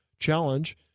challenge